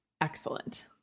excellent